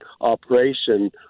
operation